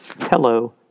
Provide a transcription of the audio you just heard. Hello